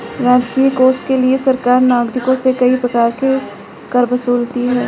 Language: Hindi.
राजकीय कोष के लिए सरकार नागरिकों से कई प्रकार के कर वसूलती है